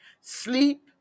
Sleep